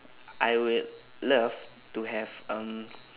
I would love to have um